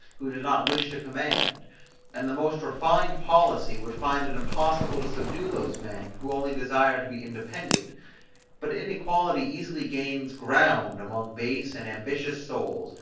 who does not wish to command and the most refined policy would find it impossible to subdue those men, who only desire to be independent but inequality easily gains ground among base and ambitious souls,